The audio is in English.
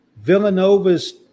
Villanova's